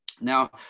Now